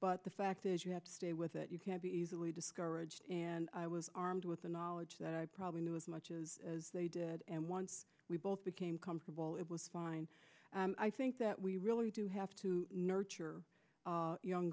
but the fact is you have to stay with it you can't be easily discouraged and i was armed with the knowledge that i probably knew as much as they did and once we both became comfortable it was fine i think that we really do have to nurture young